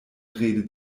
rede